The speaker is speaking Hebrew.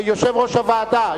יושבי-ראש הוועדה,